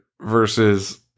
versus